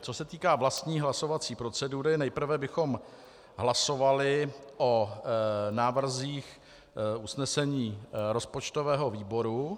Co se týká vlastní hlasovací procedury, nejprve bychom hlasovali o návrzích z usnesení rozpočtového výboru.